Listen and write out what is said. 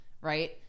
right